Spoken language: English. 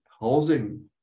housing